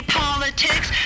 politics